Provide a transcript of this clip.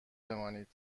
بمانید